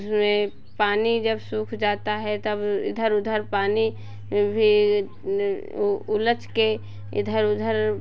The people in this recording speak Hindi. उसमें पानी जब सूख जाता है तब इधर उधर पानी भी ऊ उलच के इधर उधर